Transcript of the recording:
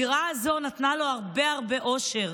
הדירה הזאת נתנה לו הרבה הרבה אושר,